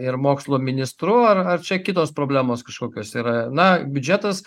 ir mokslo ministru ar ar čia kitos problemos kažkokios yra na biudžetas